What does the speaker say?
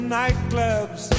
nightclubs